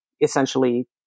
essentially